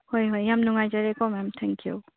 ꯍꯣꯏ ꯍꯣꯏ ꯌꯥꯝ ꯅꯨꯡꯉꯥꯏꯖꯔꯦꯀꯣ ꯃꯦꯝ ꯊꯦꯡꯛ ꯌꯨ